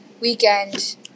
weekend